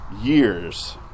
years